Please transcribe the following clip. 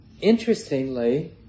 interestingly